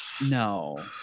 No